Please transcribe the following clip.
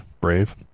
brave